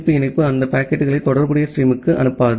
B இணைப்பு அந்த பாக்கெட்டுகளை தொடர்புடைய ஸ்ட்ரீமுக்கு அனுப்பாது